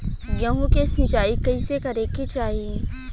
गेहूँ के सिंचाई कइसे करे के चाही?